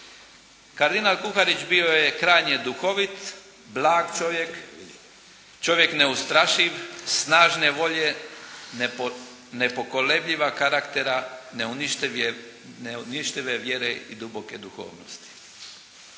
Kardinal Kuharić bio je krajnje duhovit, blag čovjek, čovjek neustrašiv, snažne volje, nepokolebljiva karaktera, neuništive vjere i duboke duhovnosti.